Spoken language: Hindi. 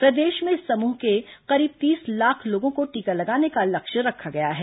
प्रदेश में इस समूह के करीब तीस लाख लोगों को टीका लगाने का लक्ष्य रखा गया है